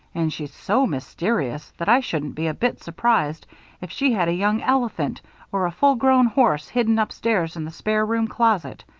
and she's so mysterious that i shouldn't be a bit surprised if she had a young elephant or a full-grown horse hidden upstairs in the spare-room closet.